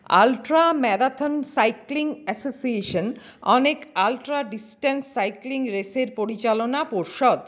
ultra marathon cycling association অনেক ultra distance cycling রেসের পরিচালনা পর্ষদ